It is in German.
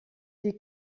die